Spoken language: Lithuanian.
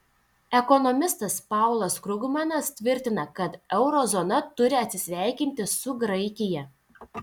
ekonomistas paulas krugmanas tvirtina kad euro zona turi atsisveikinti su graikija